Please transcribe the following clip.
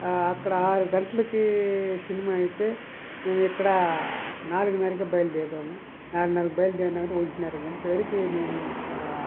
అక్కడ ఆరు గంటలకి సినిమా అయితే మేము ఇక్కడ నాలుగున్నరకే బయలుదేరే వాళ్ళము నాలుగున్నరకి బయలుదేరినాం అంటే ఒకటిన్నర గంట వరకు మేము